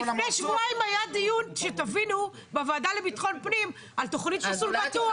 לפני שבועיים היה דיון בוועדה לביטחון פנים על תוכנית של מסלול בטוח,